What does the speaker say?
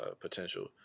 potential